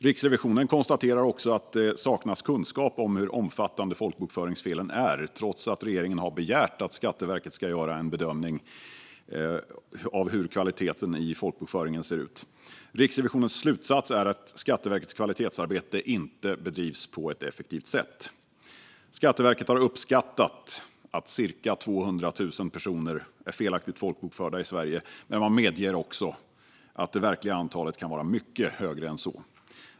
Riksrevisionen konstaterade också att det saknas kunskap om folkbokföringsfelens omfattning, trots att regeringen begärt att Skatteverket ska göra en bedömning av kvaliteten i folkbokföringen. Riksrevisionens slutsats var att Skatteverkets kvalitetsarbete inte bedrivs på ett effektivt sätt. Skatteverket har uppskattat att cirka 200 000 personer är felaktigt folkbokförda i Sverige, men man medger också att det verkliga antalet kan vara mycket större än så.